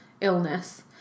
illness